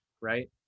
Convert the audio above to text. right